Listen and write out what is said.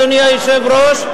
אדוני היושב-ראש,